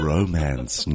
Romance